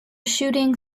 shooting